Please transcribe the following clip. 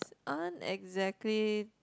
aren't exactly